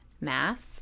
Mass